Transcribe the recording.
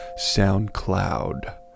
SoundCloud